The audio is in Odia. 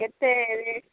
କେତେ ରେଟ୍